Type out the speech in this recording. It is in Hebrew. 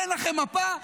אין לכם מפה?